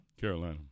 Carolina